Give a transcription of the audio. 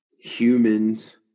humans